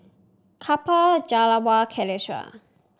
Kapil Jawaharlal Kailash